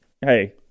hey